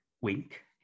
wink